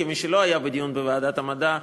כמי שלא היה בדיון בוועדת המדע,